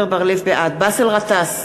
בעד באסל גטאס,